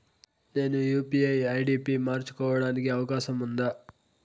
నేను UPI ID పి మార్చుకోవడానికి అవకాశం ఉందా?